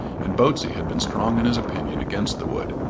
and botsey had been strong in his opinion against the wood.